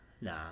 nah